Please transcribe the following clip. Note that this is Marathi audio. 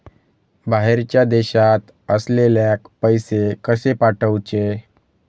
बाहेरच्या देशात असलेल्याक पैसे कसे पाठवचे?